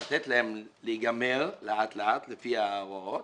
לתת להם להיגמר לאט-לאט לפי ההוראות,